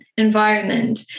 environment